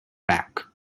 back